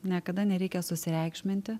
niekada nereikia susireikšminti